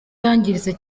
yangiritse